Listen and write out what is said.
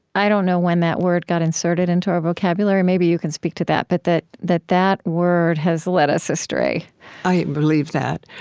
i don't know when that word got inserted into our vocabulary maybe you can speak to that but that that that word has led us astray i believe that.